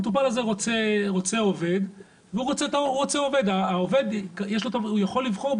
המטופל הזה רוצה עובד והעובד יכול לבחור,